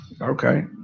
Okay